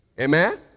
Amen